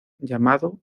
llamado